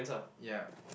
ya